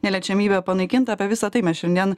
neliečiamybė panaikinta apie visa tai mes šiandien